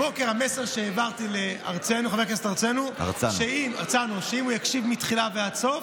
הבוקר המסר שהעברתי לחבר הכנסת הרצנו הוא שאם הוא יקשיב מתחילה ועד סוף,